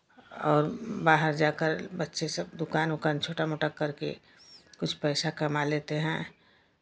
और बाहर जाकर बच्चे सब दुकान उकान छोटा मोटा करके कुछ पैसा कमा लेते हैं